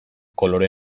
kolore